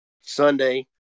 Sunday